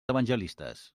evangelistes